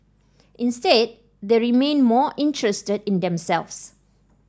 instead they remained more interested in themselves